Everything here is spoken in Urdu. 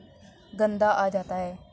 گندہ آ جاتا ہے